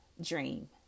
Dream